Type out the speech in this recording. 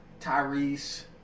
Tyrese